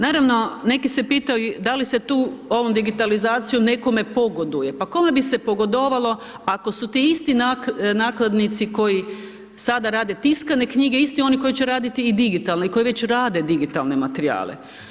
Naravno neki se pitaju da li se tu ovom digitalizacijom nekome pogoduje, pa kome bi se pogodovalo ako su ti isti nakladnici koji sada rade tiskane knjige isti oni koji će radit i digitalne, koji već rade digitalne materijale.